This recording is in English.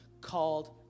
called